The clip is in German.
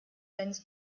seines